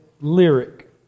lyric